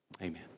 Amen